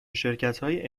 شرکتهای